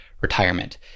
retirement